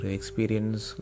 Experience